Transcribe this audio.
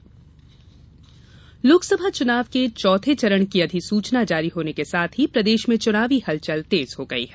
प्रत्याशी सूची लोकसभा चुनाव के चौथे चरण की अधिसूचना जारी होने के साथ ही प्रदेष में चुनावी हलचल तेज हो गई हैं